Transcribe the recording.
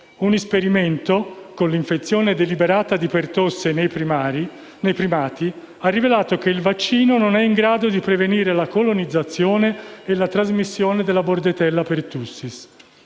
Un esperimento con l'infezione deliberata di pertosse nei primati ha rivelato che il vaccino non è in grado di prevenire la colonizzazione e la trasmissione di *bordetella pertussis.*